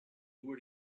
where